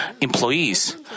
employees